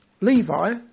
Levi